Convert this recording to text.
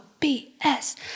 BS